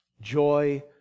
joy